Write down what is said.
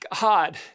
God